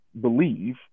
believe